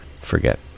forget